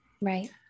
Right